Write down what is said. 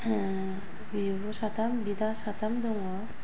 बिब' साथाम बिदा साथाम दं